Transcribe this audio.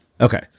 Okay